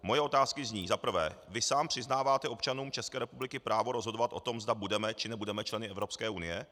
Moje otázky zní: Za prvé vy sám přiznáváte občanům České republiky právo rozhodovat o tom, zda budeme, či nebudeme členy Evropské unie?